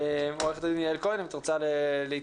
עורכת הדין יעל כהן, את רוצה להתייחס?